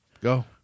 Go